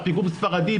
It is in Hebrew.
פיגום ספרדי,